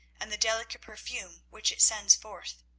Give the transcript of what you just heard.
and the delicate perfume which it sends forth.